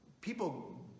people